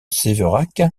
séverac